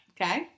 Okay